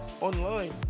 online